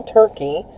turkey